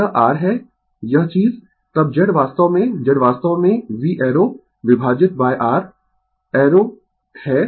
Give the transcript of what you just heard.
तो यह r है यह चीज तब Z वास्तव में Z वास्तव में V एरो विभाजित r I एरो है